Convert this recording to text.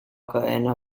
cadena